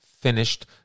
finished